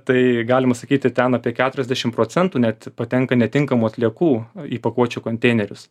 tai galima sakyti ten apie keturiasdešimt procentų net patenka netinkamų atliekų į pakuočių konteinerius